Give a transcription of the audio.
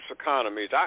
economies